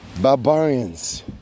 Barbarians